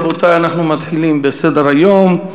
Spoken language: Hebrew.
רבותי, אנחנו מתחילים בסדר-היום.